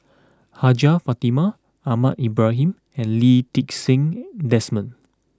Hajjah Fatimah Ahmad Ibrahim and Lee Ti Seng Desmond